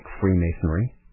Freemasonry